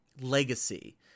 Legacy